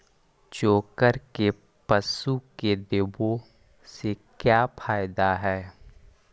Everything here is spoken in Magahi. चोकर के पशु के देबौ से फायदा का है?